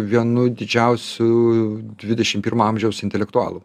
vienu didžiausių dvidešim pirmo amžiaus intelektualu